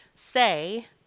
say